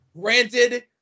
Granted